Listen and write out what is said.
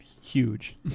huge